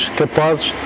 capazes